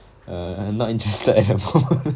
err not interested